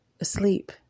asleep